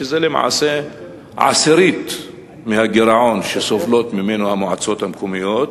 שזה למעשה עשירית מהגירעון שסובלות ממנו המועצות המקומיות,